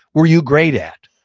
were you great at?